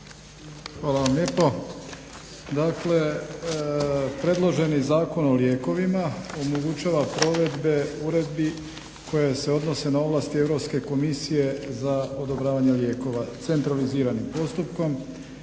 Hvala vam lijepo. Dakle, predloženi Zakon o lijekovima omogućava provedbe uredbi koje se odnose na ovlasti Europske komisije za odobravanje lijekova centraliziranim postupkom,